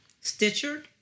Stitcher